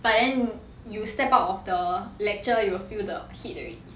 but then you step out of the lecture you will feel the heat already